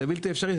זה בלתי אפשרי.